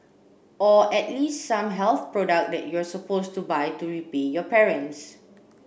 or at least some health product that you're supposed to buy to repay your parents